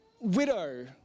widow